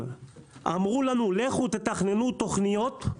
אמרו לנו: לכו תתכננו תכניות,